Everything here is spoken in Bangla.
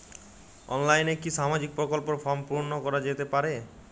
অনলাইনে কি সামাজিক প্রকল্পর ফর্ম পূর্ন করা যেতে পারে?